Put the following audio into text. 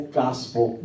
gospel